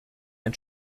and